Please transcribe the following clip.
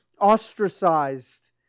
ostracized